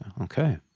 okay